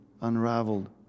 unraveled